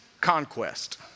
conquest